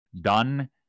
Done